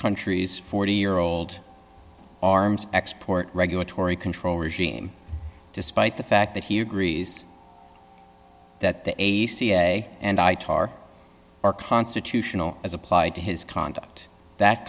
country's forty year old arms export regulatory control regime despite the fact that he agrees that the ag cia and i talk are constitutional as applied to his conduct that